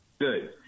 Good